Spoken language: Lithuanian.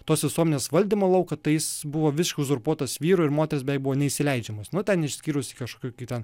tos visuomenės valdymo lauką tai sjis buvo viskai uzurpuotas vyrų ir moterys beveik buvo neįsileidžiamos nu ten išskyrus į kažkokį tą